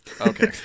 Okay